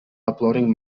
uploading